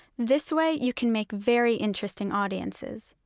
this way you can make very interesting audiences.